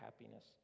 happiness